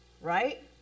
right